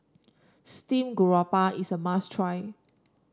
Steamed Garoupa is a must try